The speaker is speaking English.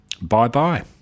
Bye-bye